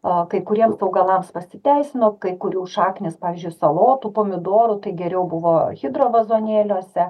a kai kuriems augalams pasiteisino kai kurių šaknys pavyzdžiui salotų pomidorų tai geriau buvo hidro vazonėliuose